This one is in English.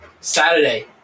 Saturday